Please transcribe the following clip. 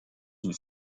une